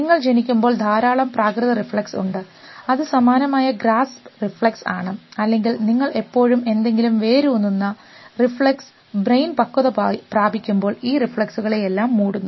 നിങ്ങൾ ജനിക്കുമ്പോൾ ധാരാളം പ്രാകൃത റിഫ്ലെക്സ് ഉണ്ട് അത് സമാനമായ ഗ്രാസ്പ് റിഫ്ലെക്സ് ആണ് അല്ലെങ്കിൽ നിങ്ങൾ എപ്പോഴും എന്തെങ്കിലും വേരൂന്നുന്ന റിഫ്ലെക്സ് ബ്രെയിൻ പക്വത പ്രാപിക്കുമ്പോൾ ഈ റിഫ്ലെക്സുകളെല്ലാം മൂടുന്നു